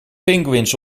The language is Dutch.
pinguïns